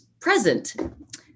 present